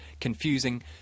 confusing